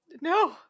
No